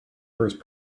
first